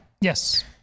Yes